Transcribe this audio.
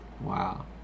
wow